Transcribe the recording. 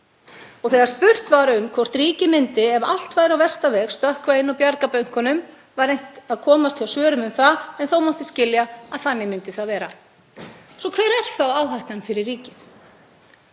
Þegar spurt var um hvort ríkið myndi, ef allt færi á versta veg, stökkva inn og bjarga bönkunum, var reynt að komast hjá svörum um það, en þó mátti skilja að þannig myndi það vera. Hver er þá áhættan fyrir ríkið?